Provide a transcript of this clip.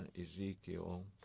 Ezekiel